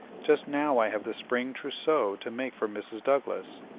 just now i have the spring trousseau to make for mrs. douglas,